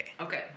Okay